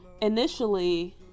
initially